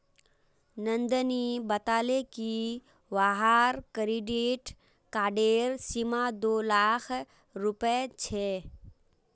नंदनी बताले कि वहार क्रेडिट कार्डेर सीमा दो लाख रुपए छे